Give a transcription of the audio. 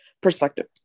perspective